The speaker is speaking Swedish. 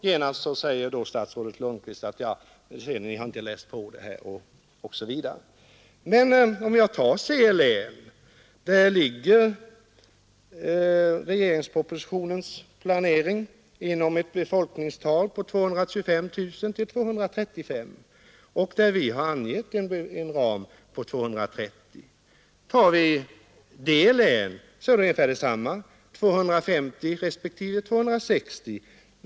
Genast sade statsrådet Lundkvist att herr Nilsson inte hade läst på. I C-län ligger regeringspropositionens planering inom ett befolkningstal på 225 000—235 000. Där har vi angivit ramen 230 000. I D-län är regeringens siffror 250 000-260 000.